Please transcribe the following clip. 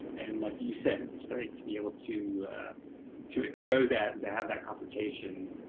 and like you said, it's great to be able to to expose that, to have that confrontation